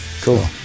cool